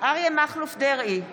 אריה מכלוף דרעי,